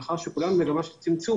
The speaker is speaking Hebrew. מאחר שכולנו במגמה של צמצום,